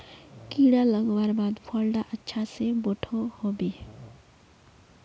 कीड़ा लगवार बाद फल डा अच्छा से बोठो होबे?